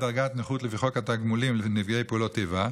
דרגת נכות לפי חוק התגמולים לנפגעי פעולות איבה,